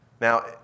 Now